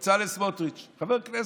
בצלאל סמוטריץ', חבר כנסת.